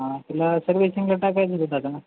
हा तिला सर्विसिंग टाकायचं देतात ना